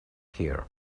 here